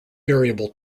variable